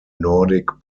nordic